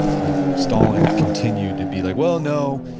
like stalin continued to be like, well, no.